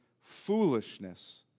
foolishness